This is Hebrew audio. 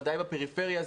בוודאי בפריפריה,